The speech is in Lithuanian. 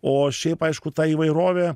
o šiaip aišku ta įvairovė